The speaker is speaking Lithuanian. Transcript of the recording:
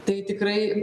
tai tikrai